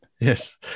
yes